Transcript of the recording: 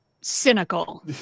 cynical